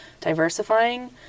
diversifying